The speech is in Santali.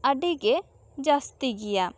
ᱟᱹᱰᱤ ᱜᱮ ᱡᱟᱹᱥᱛᱤ ᱜᱮᱭᱟ